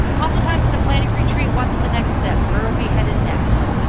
oftentimes in a planning retreat, what's the next step? where are we headed next?